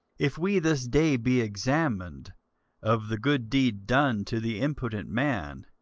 if we this day be examined of the good deed done to the impotent man,